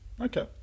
Okay